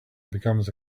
becomes